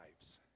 lives